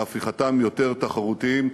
בהפיכתם ליותר תחרותיים,